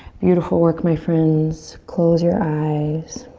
beautiful work, my friends. close your eyes.